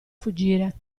fuggire